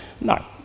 No